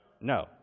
No